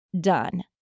done